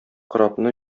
корабны